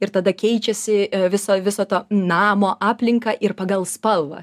ir tada keičiasi visa viso to namo aplinką ir pagal spalvą